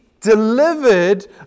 delivered